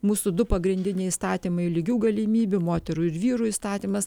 mūsų du pagrindiniai įstatymai lygių galimybių moterų ir vyrų įstatymas